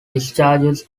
discharges